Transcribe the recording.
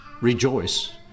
rejoice